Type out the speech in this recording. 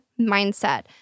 mindset